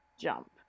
jump